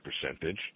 percentage